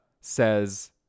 says